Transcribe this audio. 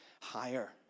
higher